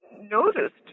noticed